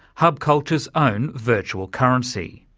hub culture's own virtual currency.